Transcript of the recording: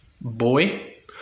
boy